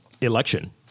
election